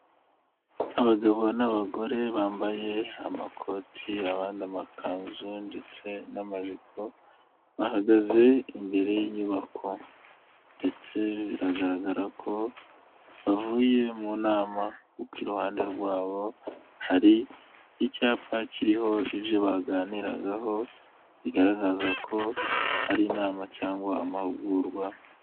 Abagabo n'abagore bambaye amakoti abandi amakanzu ndetse n'amajipo, bahagaze imbere y'inyubako, ndetse biragaragara ko bavuye mu nama, kuko iruhande rwabo hari icyapa cyiriho ibyo baganiragaho bigaragaza ko ari inama cyangwa amahugurwa.